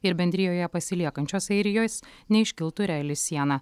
ir bendrijoje pasiliekančios airijos neiškiltų reali siena